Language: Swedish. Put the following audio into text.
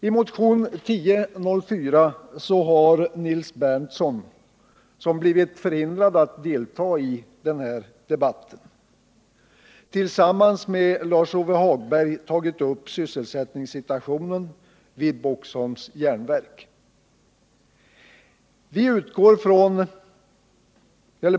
I motionen 1004 har Nils Berndtson —-som blivit förhindrad att delta i denna debatt — tillsammans med Lars-Ove Hagberg tagit upp sysselsättningssituationen vid Boxholms järnverk.